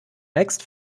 next